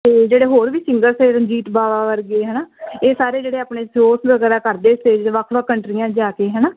ਅਤੇ ਜਿਹੜੇ ਹੋਰ ਵੀ ਸਿੰਗਰ ਨੇ ਰਣਜੀਤ ਬਾਵਾ ਵਰਗੇ ਹੈ ਨਾ ਇਹ ਸਾਰੇ ਜਿਹੜੇ ਆਪਣੇ ਸ਼ੋਅਜ਼ ਵਗੈਰਾ ਕਰਦੇ ਸਟੇਜ ਦੇ ਵੱਖ ਵੱਖ ਕੰਟਰੀਆਂ 'ਚ ਜਾ ਕੇ ਹੈ ਨਾ